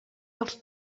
dels